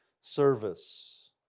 service